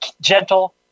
gentle